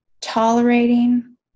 tolerating